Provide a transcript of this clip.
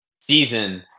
season